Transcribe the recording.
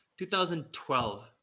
2012